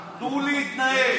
אדוני, משוגע זה בעיה?